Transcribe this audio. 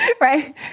Right